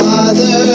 Father